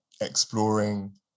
exploring